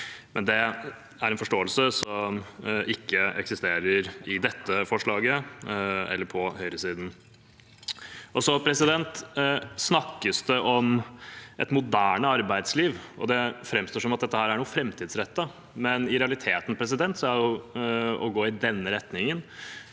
Det er en forståelse som ikke eksisterer i dette forslaget eller på høyresiden. Det snakkes om et moderne arbeidsliv, og det framstår som at dette er noe framtidsrettet, men i realiteten er det å gå i denne retningen